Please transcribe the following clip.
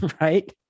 right